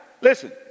Listen